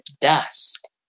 dust